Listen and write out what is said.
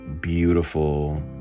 beautiful